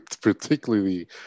particularly